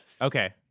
Okay